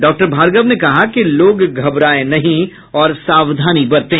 doctor Bhargava ने कहा कि लोग घबराएं नहीं और सावधानी बरतें